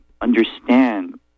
understand